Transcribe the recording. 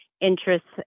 interests